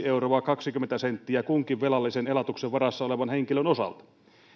euroa kaksikymmentä senttiä kunkin velallisen elatuksen varassa olevan henkilön osalta